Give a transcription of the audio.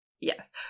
yes